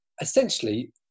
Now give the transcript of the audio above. Essentially